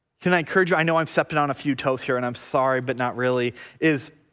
can i encourage you i know i'm stepping on a few toes here and i'm sorry but not really is